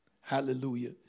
Hallelujah